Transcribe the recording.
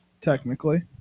Technically